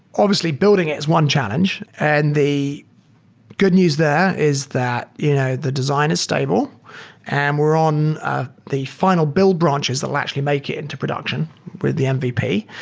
obviously, building it is one challenge. and the good news there is that you know the design is stable and we're on ah the fi nal build branches that will actually make it into production with the mvp.